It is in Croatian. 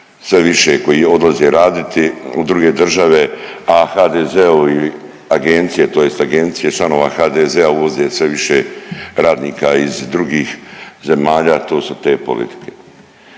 sve više koji odlaze raditi u druge države, a HDZ-ovi agencije tj. agencije članova HDZ-a uvoze sve više radnika iz drugih zemalja. To su te politike.